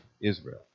Israel